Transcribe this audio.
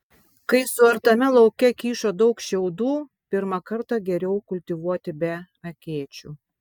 kai suartame lauke kyšo daug šiaudų pirmą kartą geriau kultivuoti be akėčių